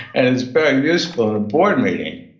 and it's very useful in a board meeting,